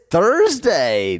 Thursday